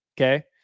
Okay